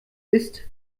isst